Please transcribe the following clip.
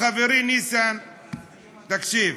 וחברי ניסן, תקשיב.